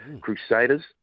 Crusaders